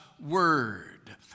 word